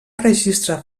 registre